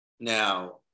Now